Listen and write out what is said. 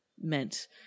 meant